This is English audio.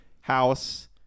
House